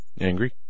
Angry